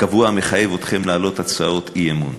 המחייב אתכם להעלות הצעות אי-אמון,